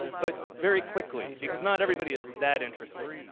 but very quickly. because not everybody is that interesting!